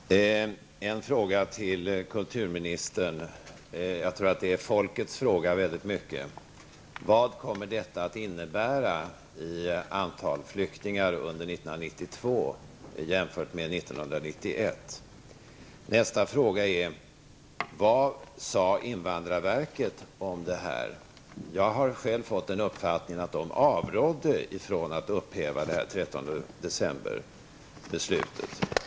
Herr talman! Min första fråga till kulturministern, och jag tror att det i hög grad är en folkets fråga: Vad kommer detta att innebära i fråga om antalet flyktingar under 1992 jämfört med 1991? Nästa fråga är: Vad sade invandrarverket om det här? Själv har jag uppfattningen att man avrådde upphävandet av 13 december-beslutet.